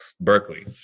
Berkeley